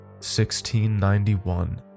1691